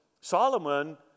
Solomon